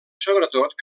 sobretot